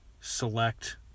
select